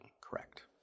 Correct